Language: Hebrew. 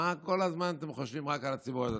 למה כל הזמן אתם חושבים רק על הציבור הדתי?